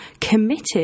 committed